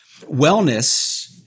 wellness